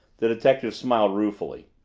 the detective smiled ruefully.